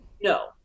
no